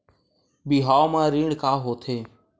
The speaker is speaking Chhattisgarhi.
बिहाव म ऋण का होथे?